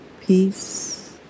peace